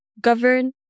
govern